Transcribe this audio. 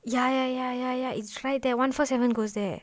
ya ya ya ya ya it's right there one four seven goes there